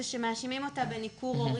זה שמאשימים אותה בניכור הורי.